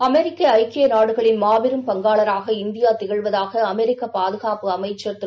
அமெரிக்கறக்கியநாடுகளின் மாபெரும் பங்காளராக இந்தியாதிகழ்வதாகஅமெரிக்க பாதுகாப்பு அமைச்சர் திரு